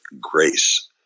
grace